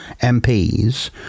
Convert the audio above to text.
MPs